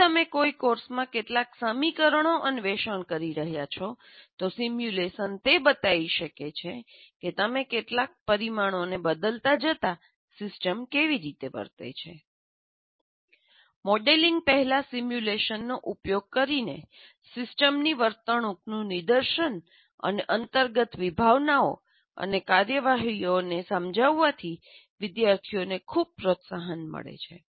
જો તમે કોઈ કોર્સમાં કેટલાક સમીકરણો અન્વેષણ કરી રહ્યાં છો તો સિમ્યુલેશન તે બતાવી શકે છે કે તમે કેટલાક પરિમાણોને બદલતા જતા સિસ્ટમ કેવી વર્તે છે મોડેલિંગ પહેલાં સિમ્યુલેશનનો ઉપયોગ કરીને સિસ્ટમની વર્તણૂકનું નિદર્શન અને અંતર્ગત વિભાવનાઓ અને કાર્યવાહીઓને સમજાવવાથી વિદ્યાર્થીઓને ખૂબ પ્રોત્સાહન મળે છે